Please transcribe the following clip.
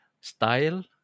style